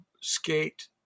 skate